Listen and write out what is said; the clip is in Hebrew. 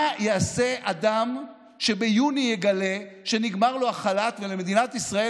מה יעשה אדם שביוני יגלה שנגמרה לו החל"ת ולמדינת ישראל